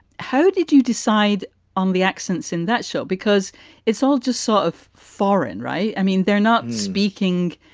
how did you decide on the accents in that show? because it's all just sort of foreign, right? i mean, they're not speaking.